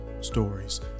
stories